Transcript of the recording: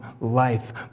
life